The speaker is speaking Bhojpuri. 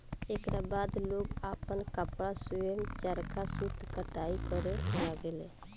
एकरा बाद लोग आपन कपड़ा स्वयं चरखा सूत कताई करे लगले